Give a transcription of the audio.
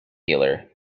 healer